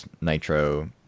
nitro